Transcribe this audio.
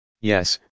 Yes